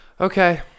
okay